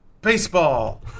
baseball